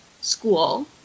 school